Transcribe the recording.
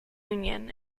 union